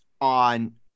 on